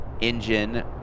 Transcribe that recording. engine